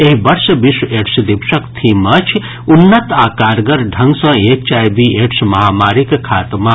एहि वर्ष विश्व एड्स दिवसक थीम अछि उन्नत आ कारगर ढंग सँ एचआईवी एड्स महामारीक खात्मा